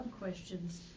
questions